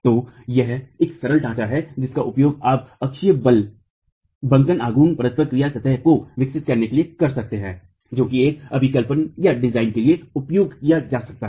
तो यह एक सरल ढांचा है जिसका उपयोग आप अक्षीय बल बंकन आघूर्ण परस्परिक क्रिया सतह को विकसित करने के लिए कर सकते हैं जो तब अभिकल्पनडिजाइन के लिए उपयोग किया जा सकता है